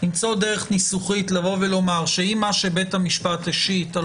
למצוא דרך ניסוחית שאומרת שאם מה שבית המשפט השית על